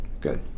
good